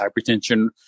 hypertension